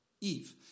Eve